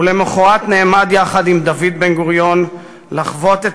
ולמחרת נעמד יחד עם דוד בן-גוריון לחוות את